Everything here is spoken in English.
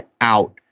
out